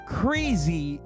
crazy